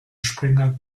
springer